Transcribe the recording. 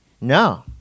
No